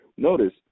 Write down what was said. Notice